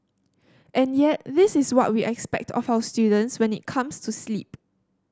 and yet this is what we expect of our students when it comes to sleep